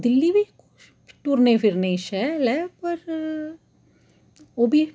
दिल्ली बी टुरने फिरने ई शैल ऐ पर ओह् बी